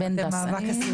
המאבק.